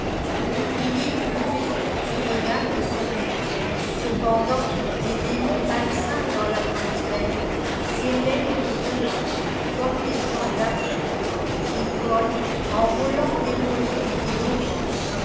et l'ouvrier courbé qui regagne son lit cependant des démons malsains dans l'atmosphères'éveillent lourdement comme des gens d'affaire et cognent en volant les volets et